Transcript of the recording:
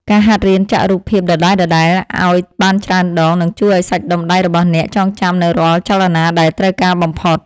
ការហាត់រៀនចាក់រូបភាពដដែលៗឱ្យបានច្រើនដង នឹងជួយឱ្យសាច់ដុំដៃរបស់អ្នកចងចាំនូវរាល់ចលនាដែលត្រូវការបំផុត។